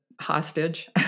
hostage